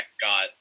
got